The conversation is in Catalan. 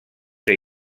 ser